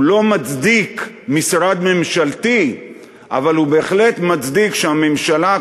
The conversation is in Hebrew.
הוא לא מצדיק משרד ממשלתי אבל הוא בהחלט מצדיק שהממשלה,